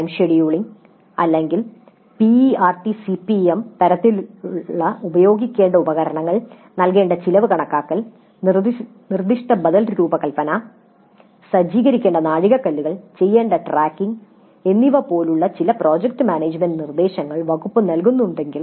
time scheduling അല്ലെങ്കിൽ PERT CPM തരത്തിലുള്ള ഉപയോഗിക്കേണ്ട ഉപകരണങ്ങൾ നൽകേണ്ട ചെലവ് കണക്കാക്കൽ നിർദ്ദിഷ്ട ബദൽരൂപകൽപ്പന സജ്ജീകരിക്കേണ്ട നാഴികക്കല്ലുകൾ ചെയ്യേണ്ട ട്രാക്കിംഗ് എന്നിവ പോലുള്ള ചില പ്രോജക്ട് മാനേജുമെന്റ് മാർഗ്ഗനിർദ്ദേശങ്ങൾ വകുപ്പ് നൽകുന്നുണ്ടെങ്കിൽ